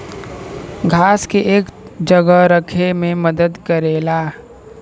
घास के एक जगह रखे मे मदद करेला